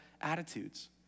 attitudes